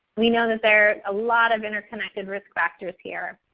we know that there's a lot of interconnected risk factors here.